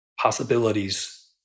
possibilities